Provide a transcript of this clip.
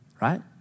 right